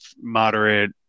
moderate